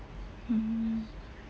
mm